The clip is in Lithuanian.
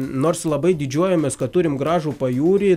nors labai didžiuojamės kad turim gražų pajūrį